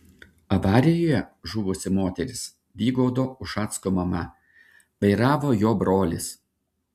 avarijoje žuvusi moteris vygaudo ušacko mama vairavo jo brolis